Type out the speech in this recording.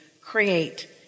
create